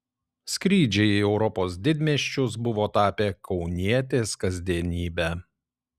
skrydžiai į europos didmiesčius buvo tapę kaunietės kasdienybe